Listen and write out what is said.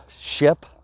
ship